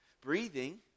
Breathing